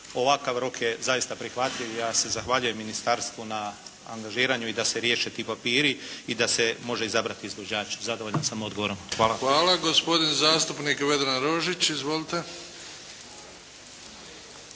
ovakav rok je zaista prihvatljiv i ja se zahvaljujem ministarstvu na angažiranju i da se riješe ti papiri i da se može izabrati izvođač. Zadovoljan sam odgovorom. Hvala. **Bebić, Luka (HDZ)** Hvala. Gospodin zastupnik Vedran Rožić. Izvolite.